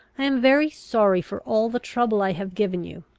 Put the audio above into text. i am very sorry for all the trouble i have given you.